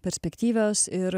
perspektyvios ir